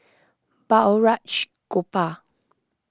Balraj Gopal